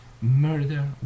murder